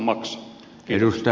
arvoisa puhemies